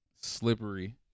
slippery